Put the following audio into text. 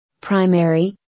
Primary